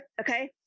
Okay